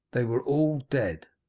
they were all dead.